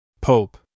Pope